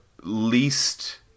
least